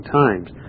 times